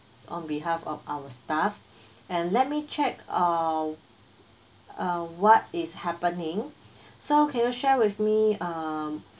on behalf of our staff and let me check our uh what is happening so can you share with me um